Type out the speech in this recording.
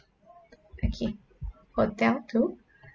okay hotel two